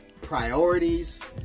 priorities